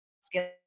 skills